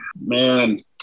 Man